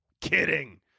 Kidding